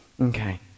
Okay